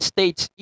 States